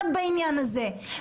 אנחנו ביחד בעניין הזה.